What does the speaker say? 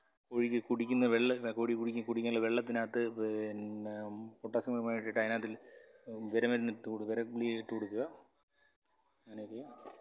കോഴിക്ക് കുടിക്കുന്ന വെള്ളം കോഴിക്ക് കുടിക്കാനുള്ള വെള്ളത്തിനകത്ത് പിന്നെ പൊട്ടാസ്യം പെര്മാംഗനേറ്റ് ഇട്ടിട്ട് വിരമരുന്നിട്ട് കൊടുവിര ഗുളികയിട്ട് കൊടുക്കുക അങ്ങനൊക്കെയാണ്